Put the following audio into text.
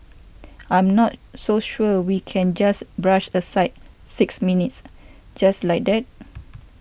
I'm not so sure we can just brush aside six minutes just like that